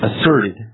asserted